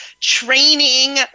training